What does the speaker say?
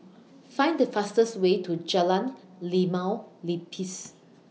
Find The fastest Way to Jalan Limau Nipis